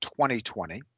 2020